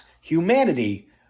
humanity